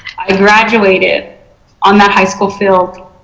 i graduated on the high school field.